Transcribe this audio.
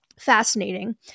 fascinating